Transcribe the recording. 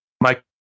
Mike